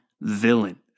villain